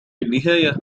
النهاية